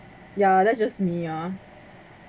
ya that's just me ah